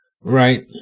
Right